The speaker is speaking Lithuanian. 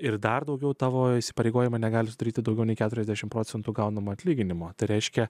ir dar daugiau tavo įsipareigojimai negali sudaryti daugiau nei keturiasdešim procentų gaunamo atlyginimo tai reiškia